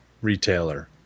retailer